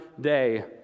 day